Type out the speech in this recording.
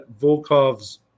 Volkov's